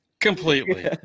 Completely